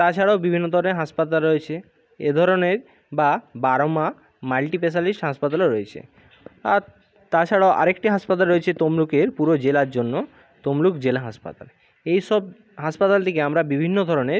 তা ছাড়াও বিভিন্ন ধরনের হাসপাতাল রয়েছে এ ধরনের বা বড়মা মাল্টি স্পেশালিষ্ট হাসপাতালও রয়েছে আর তাছাড়াও আর একটি হাসপাতাল রয়েছে তমলুকের পুরো জেলার জন্য তমলুক জেলা হাসপাতাল এই সব হাসপাতাল থেকে আমরা বিভিন্ন ধরনের